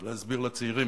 להסביר לצעירים,